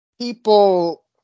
people